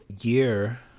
year